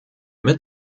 mid